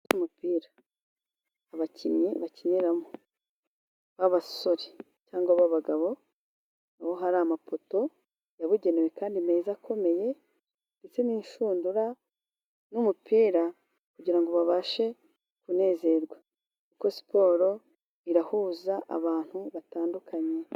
Ikibuga cy'umupira abakinnyi bakiniramo b'ababasore cyangwa babagabo, hari amapoto yabugenewe kandi meza akomeye, ndetse n'inshundura n'umupira kugira ngo babashe kunezerwa, kuko siporo irahuza abantu batandukanye.